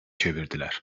çevirdiler